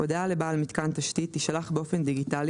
הודעה לבעל מיתקן תשתית תישלח באופן דיגיטלי